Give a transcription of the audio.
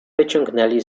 wyciągnęli